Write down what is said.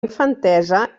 infantesa